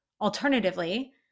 alternatively